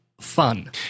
fun